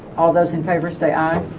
all those in favor say aye